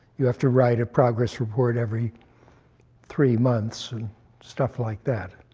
you have to write a progress report every three months, and stuff like that.